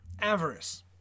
avarice